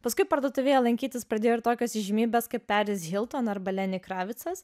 paskui parduotuvėje lankytis pradėjo ir tokias įžymybes kaip peris hilton arba